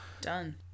done